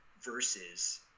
versus